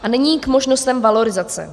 A nyní k možnostem valorizace.